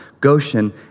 Goshen